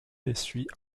essuie